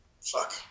Fuck